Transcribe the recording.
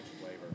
flavor